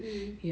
mm mm